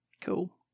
Cool